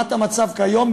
לעומת המצב כיום,